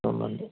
തോന്നുന്നുണ്ട്